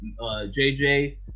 JJ